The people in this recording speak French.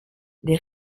les